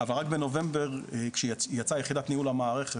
אבל, רק בנובמבר כשיצאה יחידת ניהול למערכת,